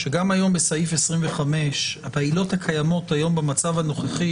שגם היום בסעיף 25 בעילות הקיימות היום במצב הנוכחי,